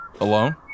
Alone